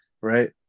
Right